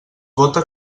vota